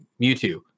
Mewtwo